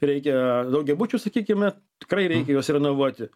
reikia daugiabučių sakykime tikrai reikia juos renovuoti